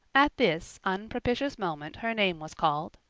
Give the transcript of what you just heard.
at this unpropitious moment her name was called.